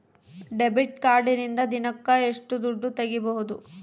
Debit ಕಾರ್ಡಿನಿಂದ ದಿನಕ್ಕ ಎಷ್ಟು ದುಡ್ಡು ತಗಿಬಹುದು?